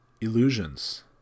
illusions